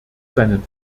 seinen